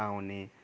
आउने